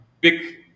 big